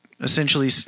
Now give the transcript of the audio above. essentially